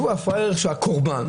שהוא הפראייר, הקורבן.